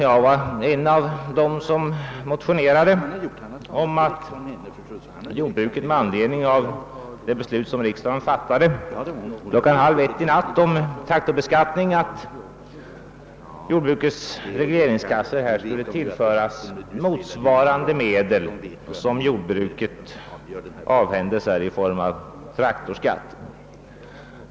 Jag var en av dem som motionerade om att — med anledning av det beslut riksdagen kom att fatta klockan halv ett i natt om traktorbeskattningen — jordbrukets regleringskassor skulle tillföras motsvarande medel som jordbruket avhändes i form av traktorskatt.